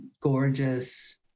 gorgeous